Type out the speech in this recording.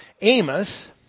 Amos